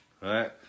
right